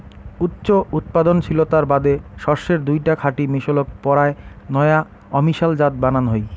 উচ্চ উৎপাদনশীলতার বাদে শস্যের দুইটা খাঁটি মিশলক পরায় নয়া অমিশাল জাত বানান হই